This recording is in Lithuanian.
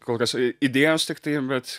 kol kas idėjos tiktai bet